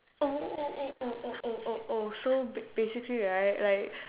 oh oh oh oh oh oh oh oh so basically right like